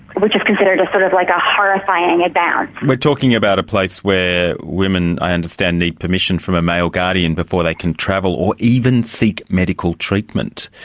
which is considered a sort of like ah horrifying advance. we're talking about a place where women, i understand, need permission from a male guardian before they can travel or even seek medical treatment.